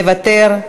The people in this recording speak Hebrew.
מוותר,